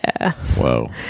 whoa